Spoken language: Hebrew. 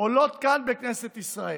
עולות כאן בכנסת ישראל.